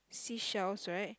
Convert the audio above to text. seashells right